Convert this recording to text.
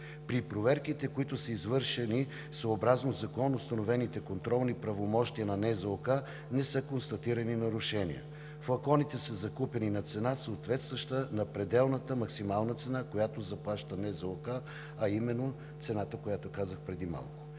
При проверките, които са извършени съобразно законоустановените контролни правомощия на НЗОК, не са констатирани нарушения. Флаконите са закупени на цена, съответстваща на пределната максимална цена, която заплаща НЗОК, а именно цената, която казах преди малко.